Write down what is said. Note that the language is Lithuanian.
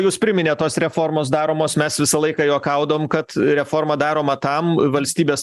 jus priminėt tos reformos daromos mes visą laiką juokaudavom kad reforma daroma tam valstybės